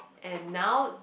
and now